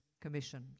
commission